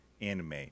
anime